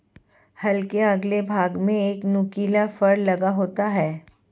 हल के अगले भाग में एक नुकीला फर लगा होता है